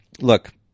look